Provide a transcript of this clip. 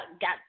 got